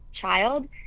child